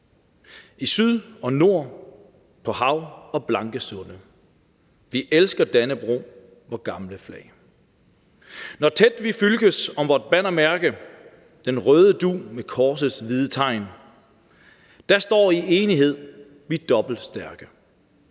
Syd og Nord, på Hav og blanke Sunde,/Vi elsker Dannebrog, vort gamle Flag. Når tæt vi fylkes om vort Bannermærke/Den røde Dug med Korsets hvide Tegn,/Da staar i Enighed vi dobbelt stærke/Om